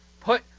Put